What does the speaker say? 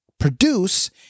produce